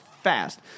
fast